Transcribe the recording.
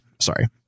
sorry